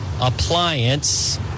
Appliance